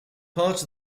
part